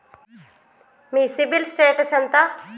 మీ CIBIL status ఎంత?